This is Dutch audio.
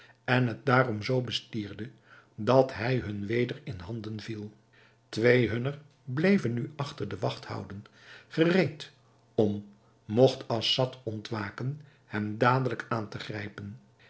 en het daarom zoo bestierde dat hij hun weder in handen viel twee hunner bleven nu achter de wacht houden gereed om mogt assad ontwaken hem dadelijk aan te grijpen